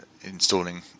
installing